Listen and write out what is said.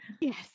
Yes